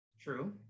true